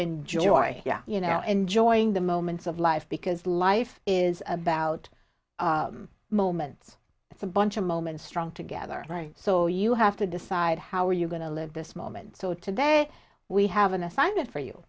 enjoy you know enjoying the moments of life because life is about moments it's a bunch of moments strung together so you have to decide how are you going to live this moment so today we have an assignment for you